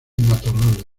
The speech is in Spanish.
matorrales